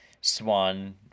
Swan